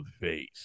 face